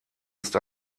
ist